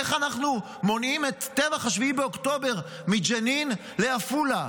איך אנחנו מונעים את טבח 7 באוקטובר מג'נין לעפולה,